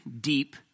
deep